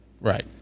Right